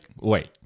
Wait